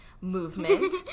movement